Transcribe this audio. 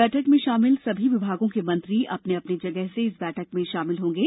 बैठक में शामिल सभी विभागों के मंत्री अपनी अपनी जगह से इस बैठक में शामिल होंगे